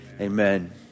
amen